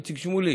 איציק שמולי,